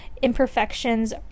imperfections